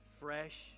fresh